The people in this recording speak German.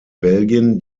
belgien